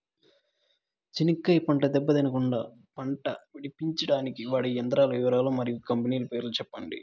చెనక్కాయ పంట దెబ్బ తినకుండా కుండా పంట విడిపించేకి వాడే యంత్రాల వివరాలు మరియు కంపెనీల పేర్లు చెప్పండి?